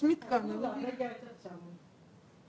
שינויים ואני מברכת עליהם מאוד.